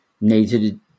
needed